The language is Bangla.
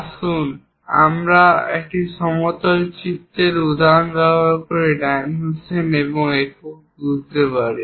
আসুন আমরা একটি সমতল চিত্রের উদাহরণ ব্যবহার করে ডাইমেনশন এবং একক বুঝতে পারি